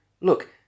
Look